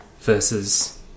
versus